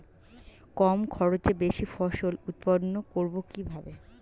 কম খরচে বেশি ফসল উৎপন্ন করব কিভাবে?